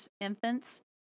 infants